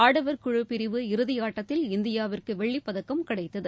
ஆடவர் குழு பிரிவு இறுதியாட்டத்தில் இந்தியாவிற்கு வெள்ளிப்பதக்கம் கிடைத்தது